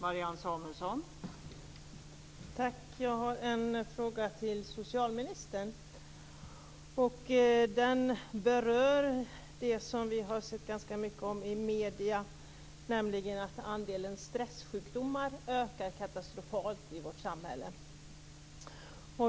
Fru talman! Jag har en fråga till socialministern. Den berör det som vi har sett ganska mycket av i medierna, nämligen att andelen stressjukdomar ökar katastrofalt i vårt samhälle.